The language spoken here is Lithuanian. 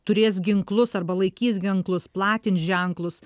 turės ginklus arba laikys ginklus platins ženklus